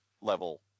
level